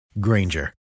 Granger